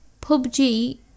PUBG